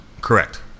Correct